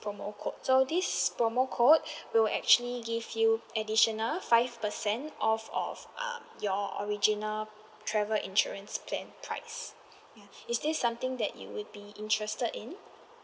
promo code so this promo code will actually give you additional five percent off of um your original travel insurance plan price ya is this something that you would be interested in